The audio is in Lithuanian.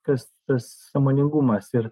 kas tas sąmoningumas ir